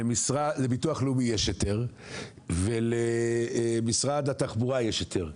לביטוח לאומי יש היתר ולמשרד התחבורה יש היתר.